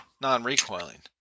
non-recoiling